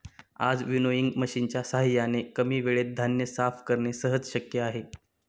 आज विनोइंग मशिनच्या साहाय्याने कमी वेळेत धान्य साफ करणे सहज शक्य आहे